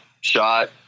shot